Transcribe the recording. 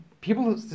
people